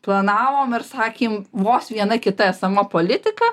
planavom ir sakėm vos viena kita esama politika